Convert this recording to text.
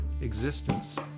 existence